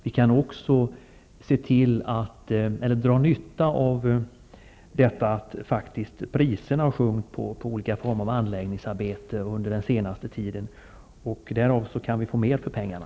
Vi kan också dra nytta av att priserna på olika former av anläggningsarbeten faktiskt har sjunkit under den senaste tiden. Därmed kan vi få mer för pengarna.